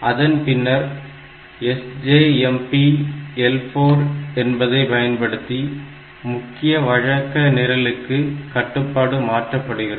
அதன் பின்னர் SJMP L4 என்பதை பயன்படுத்தி முக்கிய வழக்க நிரலுக்கு கட்டுப்பாடு மாற்றப்படுகிறது